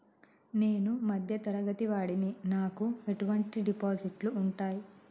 నేను మధ్య తరగతి వాడిని నాకు ఎటువంటి డిపాజిట్లు ఉంటయ్?